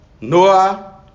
Noah